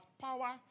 power